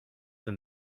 than